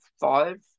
five